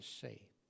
say